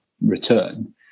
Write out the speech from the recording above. return